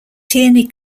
tierney